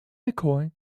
mccoy